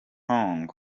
yong